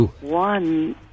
One